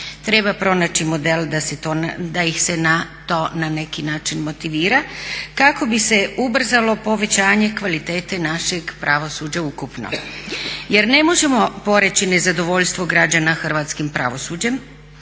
Treba pronaći model da ih se na to na neki način motivira kako bi se ubrzalo povećanje kvalitete našeg pravosuđa ukupno. Jer ne možemo poreći nezadovoljstvo građana hrvatskim pravosuđem